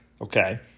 Okay